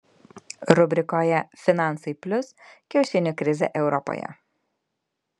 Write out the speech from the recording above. rubrikoje finansai plius kiaušinių krizė europoje